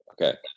Okay